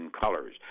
Colors